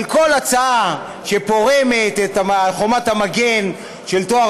אבל כל הצעה שפורמת את חומת המגן של טוהר